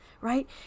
right